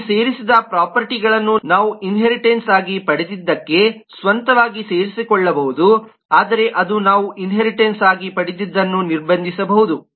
ಈ ಸೇರಿಸಿದ ಪ್ರೊಪರ್ಟಿ ಗಳನ್ನು ನಾವು ಇನ್ಹೇರಿಟನ್ಸ್ಆಗಿ ಪಡೆದದ್ದಕ್ಕೆ ಸ್ವಂತವಾಗಿ ಸೇರಿಸಿಕೊಳ್ಳಬಹುದು ಆದರೆ ಅದು ನಾವು ಇನ್ಹೇರಿಟನ್ಸ್ಆಗಿ ಪಡೆದದ್ದನ್ನು ನಿರ್ಬಂಧಿಸಬಹುದು